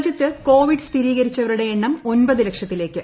രാജ്യത്ത് കോവിഡ് സ്ഥിരീകരിച്ചവരുടെ എണ്ണം ഒമ്പത് ലക്ഷത്തിലേക്ക്